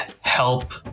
help